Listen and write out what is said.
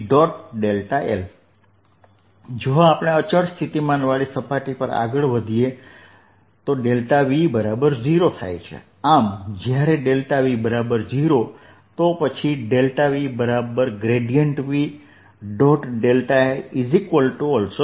l જો આપણે અચળ સ્થિતિમાનવાળી સપાટી પર આગળ વધીએ તો V0 આમ જ્યારે V0 તો પછી VV